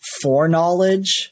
foreknowledge